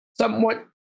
Somewhat